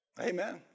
Amen